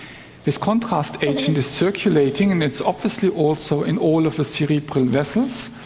this contrast agent is circulating and it's obviously also in all of the cerebral vessels.